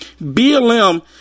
BLM